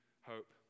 hope